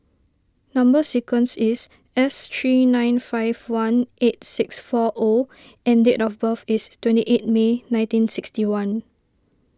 Number Sequence is S three nine five one eight six four O and date of birth is twenty eight May nineteen sixty one